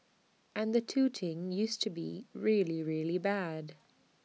and the touting used to be really really bad